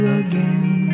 again